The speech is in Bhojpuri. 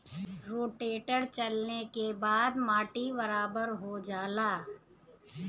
रोटेटर चलले के बाद माटी बराबर हो जाला